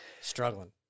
Struggling